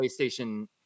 PlayStation